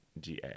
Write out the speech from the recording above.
GA